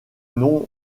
nom